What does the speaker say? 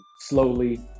slowly